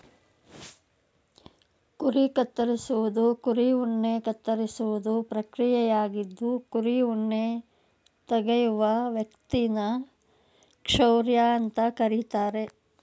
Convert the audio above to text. ಕುರಿ ಕತ್ತರಿಸುವುದು ಕುರಿ ಉಣ್ಣೆ ಕತ್ತರಿಸುವ ಪ್ರಕ್ರಿಯೆಯಾಗಿದ್ದು ಕುರಿ ಉಣ್ಣೆ ತೆಗೆಯುವ ವ್ಯಕ್ತಿನ ಕ್ಷೌರ ಅಂತ ಕರೀತಾರೆ